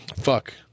Fuck